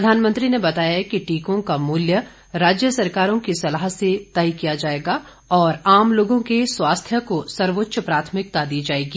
प्रधानमंत्री ने बताया कि टीकों का मूल्य राज्य सरकारों की सलाह से तय किया जाएगा और आम लोगों के स्वास्थ्य को सर्वोच्च प्राथमिकता दी जाएगी